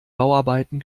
bauarbeiten